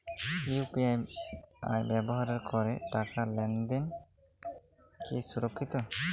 UPI ব্যবহার করে টাকা লেনদেন কি সুরক্ষিত?